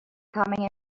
coming